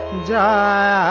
da